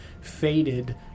faded